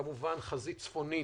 כמובן בחזית צפונית,